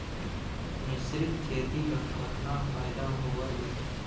मिश्रीत खेती ल कतना फायदा होयल?